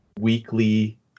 weekly